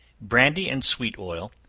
brandy and sweet oil,